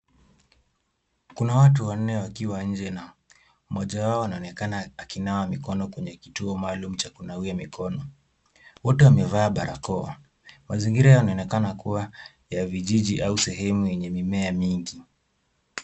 Kuna watu wanne wakiwa nje na mmoja wao anaonekana akinawa mikono kwenye kituo maalum cha kunawia mikono. Wote wamevaa barakoa. Mazingira yanaonekana kuwa ya vijiji au sehemu yenye mimea mingi.